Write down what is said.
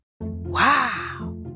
Wow